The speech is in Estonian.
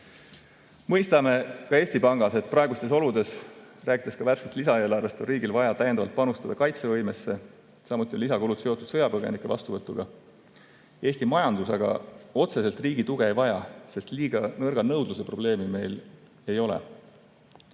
Mõistame Eesti Pangas, et praegustes oludes, rääkides värskest lisaeelarvest, on riigil vaja täiendavalt panustada kaitsevõimesse, samuti on lisakulud seotud sõjapõgenike vastuvõtuga. Eesti majandus aga otseselt riigi tuge ei vaja, sest liiga nõrga nõudluse probleemi meil ei ole.